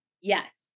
yes